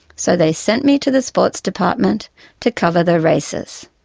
so they sent me to the sports department to cover the races.